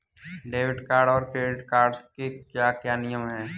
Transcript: Debit card और credit card के क्या क्या नियम हैं?